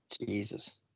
Jesus